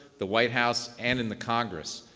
the white house and in the congress.